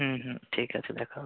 হুম হুম ঠিক আছে দেখা হবে